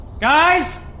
Guys